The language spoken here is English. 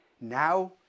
now